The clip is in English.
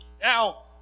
Now